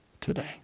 today